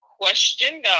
question